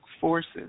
forces